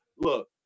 Look